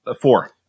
four